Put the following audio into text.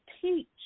teach